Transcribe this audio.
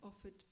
offered